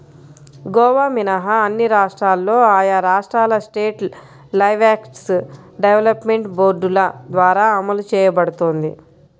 గోవా మినహా అన్ని రాష్ట్రాల్లో ఆయా రాష్ట్రాల స్టేట్ లైవ్స్టాక్ డెవలప్మెంట్ బోర్డుల ద్వారా అమలు చేయబడుతోంది